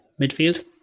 Midfield